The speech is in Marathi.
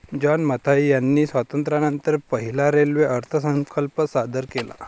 जॉन मथाई यांनी स्वातंत्र्यानंतर पहिला रेल्वे अर्थसंकल्प सादर केला